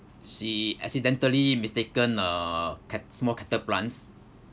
she accidentally mistaken uh ca~ small cactus plants